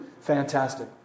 fantastic